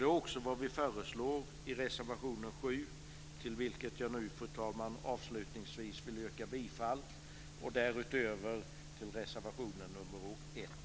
Det är också vad vi föreslår i reservation 7, till vilken jag nu, fru talman, avslutningsviss yrkar bifall. Jag yrkar därutöver också bifall till reservation nr 1.